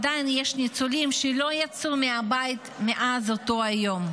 עדיין יש ניצולים שלא יצאו מהבית מאז אותו היום.